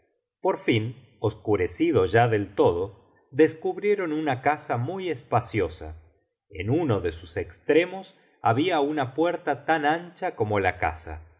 por fin oscurecido ya del todo descubrieron una casa muy espaciosa en uno de sus estrenaos habia una puerta tan ancha como la casa